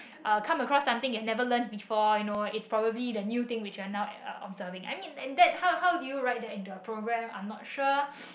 uh come across something that you've never learnt before you know it's probably the new thing which you're now uh observing I mean and that how how do you write that into our program I'm not sure